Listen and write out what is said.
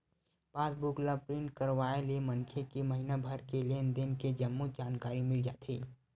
पास book ल print करवाय ले मनखे के महिना भर के लेन देन के जम्मो जानकारी मिल जाथे